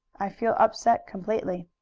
i feel upset completely.